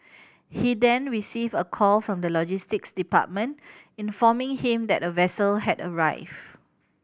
he then received a call from the logistics department informing him that a vessel had arrived